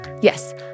Yes